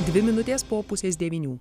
dvi minutės po pusės devynių